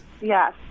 Yes